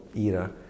era